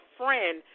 friend